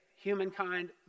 humankind